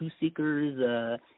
seekers